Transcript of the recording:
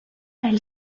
elle